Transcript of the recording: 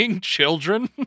children